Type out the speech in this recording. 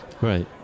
right